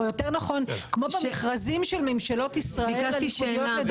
או יותר נכון כמו במכרזים של ממשלות ישראל לדורותיהם.